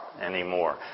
anymore